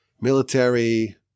military